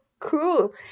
cool